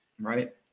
right